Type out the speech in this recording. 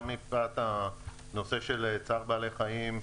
גם מפאת הנושא של צער בעלי חיים,